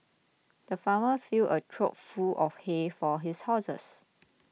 the farmer filled a trough full of hay for his horses